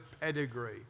pedigree